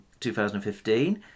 2015